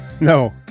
No